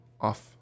off